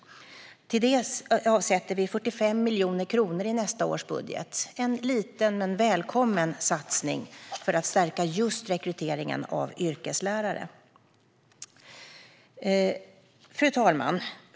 Till detta avsätter vi 45 miljoner kronor i nästa års budget. Det är en liten men välkommen satsning för att stärka rekryteringen av just yrkeslärare. Fru talman!